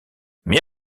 mais